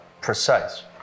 precise